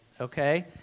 okay